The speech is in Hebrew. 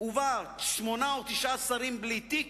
ובה שמונה או תשעה שרים בלי תיק,